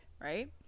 right